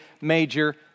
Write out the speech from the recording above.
major